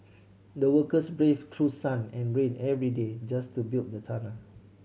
the workers braved through sun and rain every day just to build the tunnel